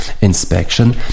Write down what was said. inspection